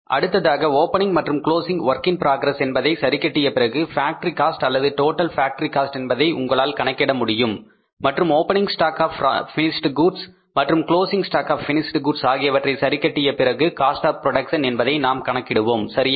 அடுத்ததாக ஓபனிங் மற்றும் closing WIP என்பதை சரி கட்டியபிறகு ஃபேக்டரி காஸ்ட் அல்லது டோட்டல் ஃபேக்டரி காஸ்ட் என்பதை உங்களால் கணக்கிட முடியும் மற்றும் opening stock of finished goods மற்றும் closing stock of finished goods ஆகியவற்றை சரி கட்டிய பிறகு காஸ்ட் ஆப் புரோடக்சன் என்பதை நாம் கணக்கிடுவோம் சரியா